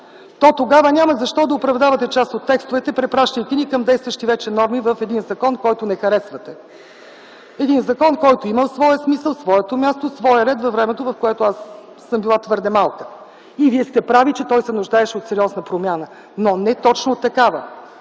то тогава няма защо да оправдавате част от текстовете, препращайки ни към действащи вече нови в един закон, който не харесвате. Един закон, който има своя смисъл, своето място, своя ред във времето, в което аз съм била твърде малка. Вие сте прави, че той се нуждаеше от сериозна промяна, но не точно такава.